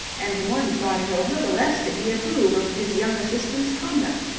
and the more he thought it over, the less did he approve of his young assistant's conduct.